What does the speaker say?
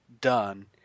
done